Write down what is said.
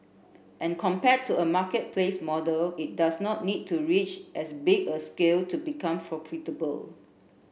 and compared to a marketplace model it does not need to reach as big a scale to become profitable